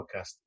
podcast